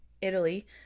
Italy